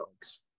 dogs